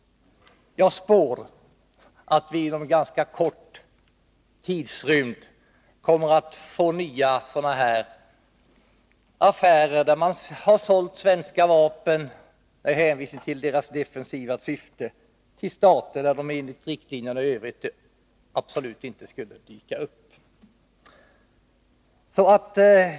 Jag spår att vi inom en ganska kort tidrymd kommer att få höra om nya sådana här affärer, där man har sålt svenska vapen, med hänvisning till deras defensiva syfte, till stater där de enligt riktlinjerna och i övrigt absolut inte skulle dyka upp.